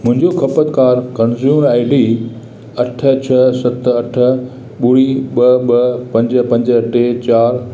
मुंहिंजो ख़पतकारु consumer I D अठ छह सत अठ ॿुड़ी ॿ ॿ पंज पंज टे चारि